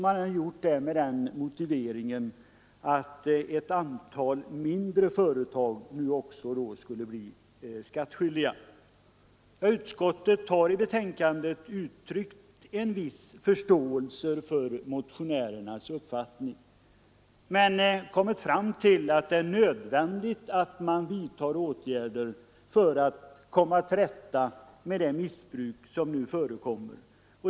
Man har gjort det med den motiveringen att ett antal mindre företag då också skulle bli skattskyldiga. Utskottet har i betänkandet uttryckt en viss förståelse för motionärernas uppfattning men kommit fram till att det är nödvändigt att man vidtar åtgärder för att komma till rätta med det missbruk som nu förekommer.